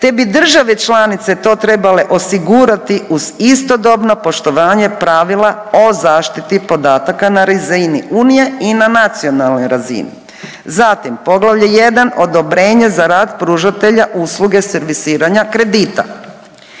te bi države članice to trebale osigurati uz istodobno poštovanje pravila o zaštiti podataka na razini Unije i na nacionalnoj razini. Zatim Poglavlje 1., odobrenje za rad pružatelja usluge servisiranja kredita.